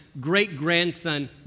great-grandson